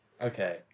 Okay